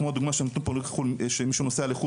כמו הדוגמה שנתנו פה מישהו נוסע לחו"ל,